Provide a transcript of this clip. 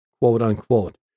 quote-unquote